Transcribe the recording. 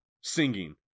singing